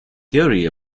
theory